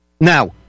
Now